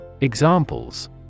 Examples